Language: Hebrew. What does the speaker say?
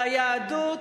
על היהדות